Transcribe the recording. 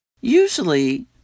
Usually